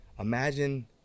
Imagine